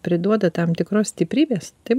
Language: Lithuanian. priduoda tam tikros stiprybės taip